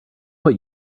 what